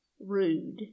rude